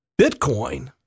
Bitcoin